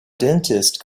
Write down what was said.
dentist